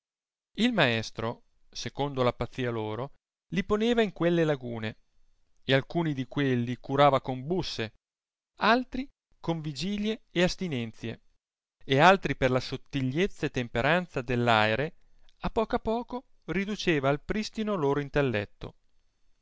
il maestro secondo la pazzia loro li poneva in quelle lagune e alcuni di quelli curava con busse altri con vigilie e astinenzie e altri per la sottigliezza e temperanza dell aere a poco a poco riduceva al pristino loro intelletto